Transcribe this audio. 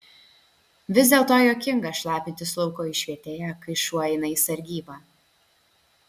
vis dėlto juokinga šlapintis lauko išvietėje kai šuo eina sargybą